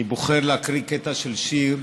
אני בוחר להקריא קטע של שיר,